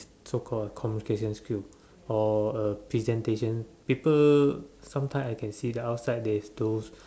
so called communication skill or a presentation people sometimes I can see that outside there's those